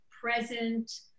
present